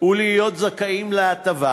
ולהיות זכאים להטבה,